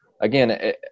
again